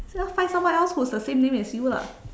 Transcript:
just find someone else who has the same name as you lah